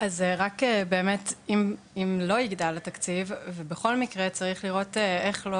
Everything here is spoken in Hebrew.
אז רק באמת אם לא יגדל התקציב ובכל מקרה צריך לראות איך לא